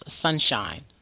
Sunshine